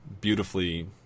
beautifully